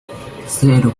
cero